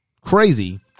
crazy